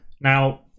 Now